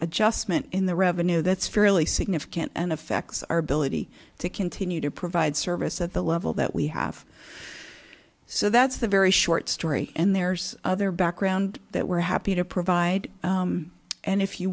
adjustment in the revenue that's fairly significant and affects our ability to continue to provide service at the level that we have so that's the very short story and there's other background that we're happy to provide and if you